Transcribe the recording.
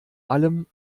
allem